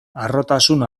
harrotasun